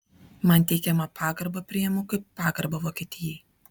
man teikiamą pagarbą priimu kaip pagarbą vokietijai